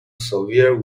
severe